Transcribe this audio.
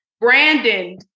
Brandon